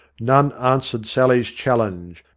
none answered sally's challenge,